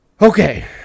Okay